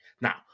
Now